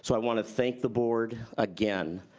so i wanna thank the board, again,